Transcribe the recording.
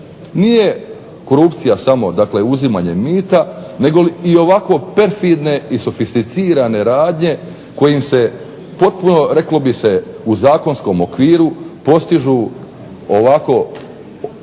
Nije korupcija samo uzimanje mita nego ovako perfidne i sofisticirane radnje kojim se reklo bi se u zakonskom okviru postižu ovako